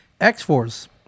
X-Force